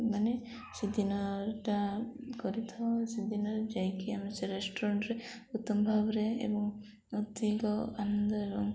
ମାନେ ସେଦିନଟା କରିଥାଉ ସେଦିନରେ ଯାଇକି ଆମେ ସେ ରେଷ୍ଟୁରାଣ୍ଟରେ ଉତ୍ତମ ଭାବରେ ଏବଂ ଅଧିକ ଆନନ୍ଦ ଏବଂ